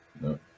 No